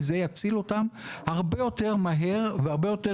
כי זה יציל אותם הרבה יותר מהר והרבה יותר